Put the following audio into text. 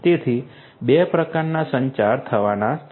તેથી 2 પ્રકારના સંચાર થવાના છે